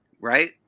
Right